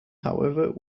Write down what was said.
however